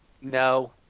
no